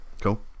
Cool